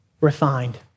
refined